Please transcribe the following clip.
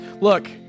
Look